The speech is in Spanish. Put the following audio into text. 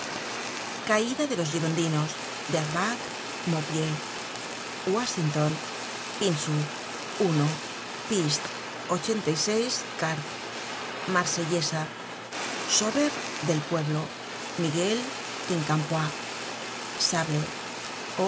caida de los girondinos derbac maubué washington pince uno pist ochenta y seis car marsellesa sober del pueblo miguel quincampoix sable